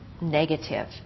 negative